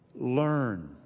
learn